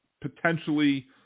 potentially